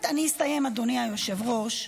אני אסיים, אדוני היושב-ראש,